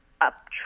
up